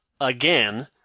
again